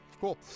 cool